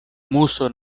muso